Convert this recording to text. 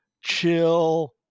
chill